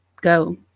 go